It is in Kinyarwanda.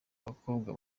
abakobwa